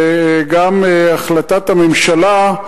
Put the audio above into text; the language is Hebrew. וגם החלטת הממשלה,